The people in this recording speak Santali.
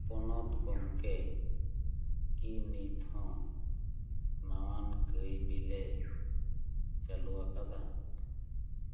ᱯᱚᱱᱚᱛ ᱜᱚᱝᱠᱮ ᱠᱤ ᱱᱤᱛ ᱦᱚᱸ ᱱᱟᱣᱟᱱ ᱠᱟᱹᱭ ᱵᱤᱞᱮ ᱪᱟᱞᱩᱣᱟᱠᱟᱫᱟ